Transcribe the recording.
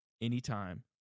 anytime